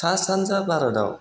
सा सानजा भारताव